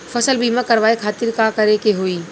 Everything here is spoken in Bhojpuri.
फसल बीमा करवाए खातिर का करे के होई?